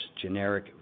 generic